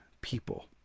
people